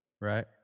Right